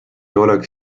oleks